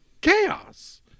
chaos